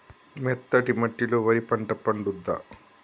మెత్తటి మట్టిలో వరి పంట పండుద్దా?